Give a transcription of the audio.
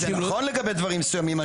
זה נכון לגבי דברים מסויימים.